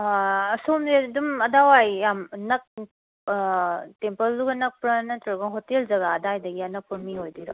ꯁꯣꯝꯁꯦ ꯑꯗꯨꯝ ꯑꯗꯋꯥꯏ ꯌꯥꯝ ꯇꯦꯝꯄꯜꯗꯨꯒ ꯅꯛꯄ꯭ꯔ ꯅꯠꯇ꯭ꯔꯒ ꯍꯣꯇꯦꯜ ꯖꯒꯥ ꯑꯗꯥꯏꯗꯒꯤ ꯑꯅꯛꯄ ꯃꯤ ꯑꯣꯏꯗꯣꯏꯔꯣ